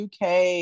uk